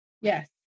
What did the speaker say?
Yes